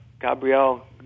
Gabrielle